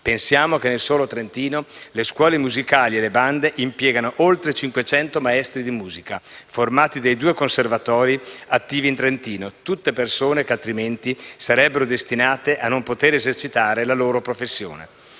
pensiamo che nel solo Trentino le scuole musicali e le bande impiegano oltre 500 maestri di musica, formati dai due conservatori attivi in Trentino. Tutte persone che altrimenti sarebbero destinate a non poter esercitare la loro professione.